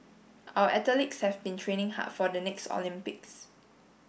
our athletes have been training hard for the next Olympics